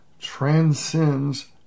transcends